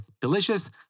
delicious